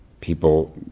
People